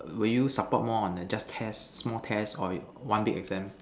will you support more on the just test small test or you one big exam